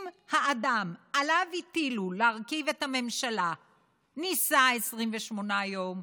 אם האדם שעליו הטילו להרכיב את הממשלה ניסה 28 יום,